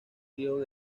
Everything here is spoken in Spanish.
río